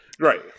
Right